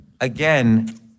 again